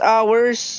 Hours